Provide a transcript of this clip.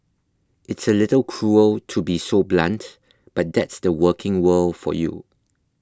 it's a little cruel to be so blunt but that's the working world for you